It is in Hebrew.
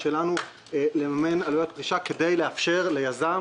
שלנו לממן עלויות פרישה כדי לאפשר ליזם,